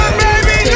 baby